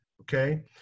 Okay